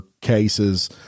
cases